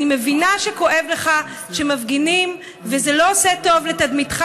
אני מבינה שכואב לך שמפגינים וזה לא עושה טוב לתדמיתך